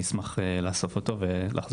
אני אשמח לאסוף אותו ולחזור.